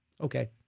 okay